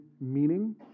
meaning